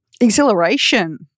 Exhilaration